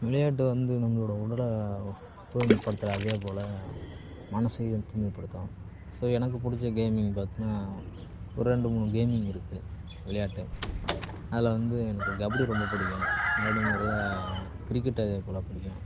விளையாட்டு வந்து நம்மளோடய உடலை தூய்மைப்படுத்தும் அதே போல மனசையும் தூய்மைப்படுத்தும் ஸோ எனக்கு பிடிச்ச கேமிங் பார்த்தீங்கன்னா ஒரு ரெண்டு மூணு கேமிங் இருக்குது விளையாட்டு அதில் வந்து எனக்கு கபடி ரொம்ப பிடிக்கும் அதேமாதிரியே கிரிக்கெட்டு அதே போல பிடிக்கும்